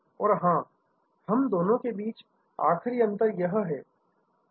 और हां हम दोनों के बीच आखरी अंतर यही है